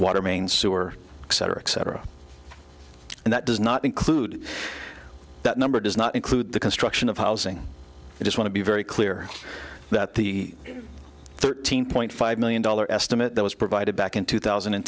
water main sewer etc etc and that does not include that number does not include the construction of housing i just want to be very clear that the thirteen point five million dollar estimate that was provided back in two thousand and